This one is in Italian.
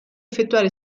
effettuare